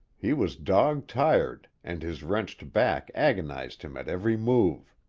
he was dog-tired and his wrenched back agonized him at every move.